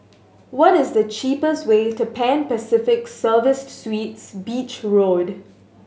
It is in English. what is the cheapest way to Pan Pacific Serviced Suites Beach Road